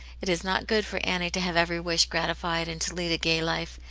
it is not good for annie to have every wish grati fied, and to lead a gay life.